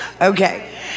okay